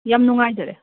ꯌꯥꯝ ꯅꯨꯡꯉꯥꯏꯖꯔꯦ